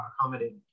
accommodating